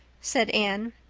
said anne.